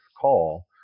call